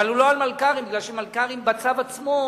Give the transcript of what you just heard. אבל הוא לא על מלכ"רים, מפני שמלכ"רים בצו עצמו,